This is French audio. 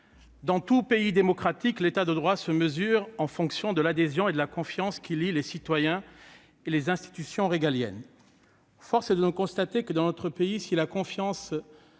dans tout pays démocratique, l'État de droit se mesure à l'aune de l'adhésion et de la confiance qui lient les citoyens et les institutions régaliennes. Force est de constater que, dans notre pays, si la confiance